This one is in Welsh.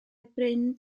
bryn